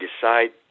decide